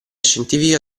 scientifica